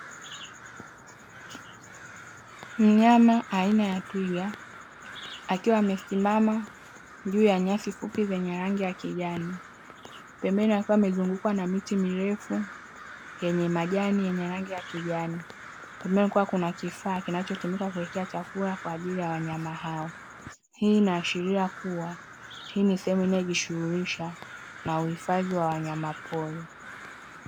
Mnyama aina ya twiga, akiwa amesimama juu ya nyasi fupi zenye rangi ya kijani. Pembeni akiwa amezungukwa na miti mirefu yenye majani yenye rangi ya kijani. Pembeni kukiwa kuna kifaa kinachotumika kuwekea chakula kwa ajili ya wanyama hao. Hii inaashiria kuwa, hii ni sehemu inayojishughulisha na uhifadhi wa wanyama pori.